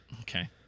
Okay